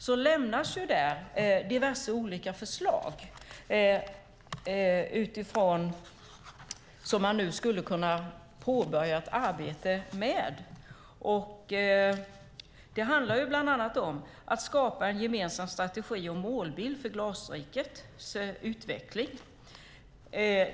Där lämnas diverse olika förslag som man nu skulle kunna påbörja ett arbete med. Det handlar bland annat om att skapa en gemensam strategi och målbild för Glasrikets utveckling.